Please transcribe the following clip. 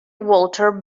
walter